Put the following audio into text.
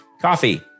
Coffee